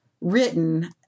written